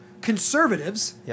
conservatives